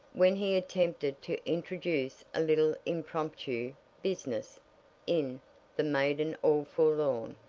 when he attempted to introduce a little impromptu business in the maiden all forlorn.